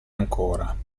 ancora